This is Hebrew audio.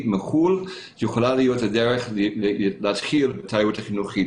מחוץ לארץ יכולה להתחיל תיירות חינוכית.